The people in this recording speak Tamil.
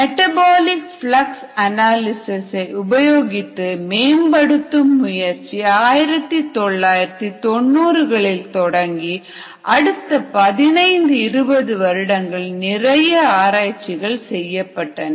மெட்டபாலிக் பிளக்ஸ் அனாலிசிஸ் ஐ உபயோகித்து மேம்படுத்தும் முயற்சி 1990 களில் தொடங்கி அடுத்த பதினைந்து இருபது வருடங்கள் நிறைய ஆராய்ச்சிகள் செய்யப்பட்டன